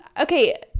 okay